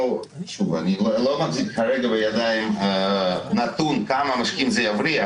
אני לא מחזיק בידיי נתון כמה משקיעים זה יבריח.